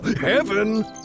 Heaven